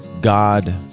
God